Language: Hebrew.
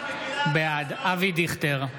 בעד אבי דיכטר,